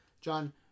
John